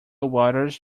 waters